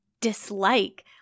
dislike